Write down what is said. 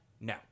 No